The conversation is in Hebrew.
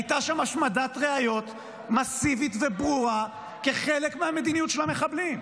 הייתה שם השמדת ראיות מסיבית וברורה כחלק מהמדיניות של מחבלים.